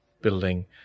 building